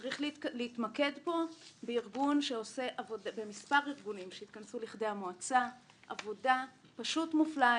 צריך להתמקד פה במספר ארגונים שהתכנסו לכדי מועצה עשו עבודה מופלאה,